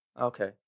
Okay